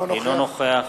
אינו נוכח